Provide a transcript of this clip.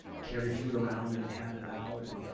carry food around and hand it out. and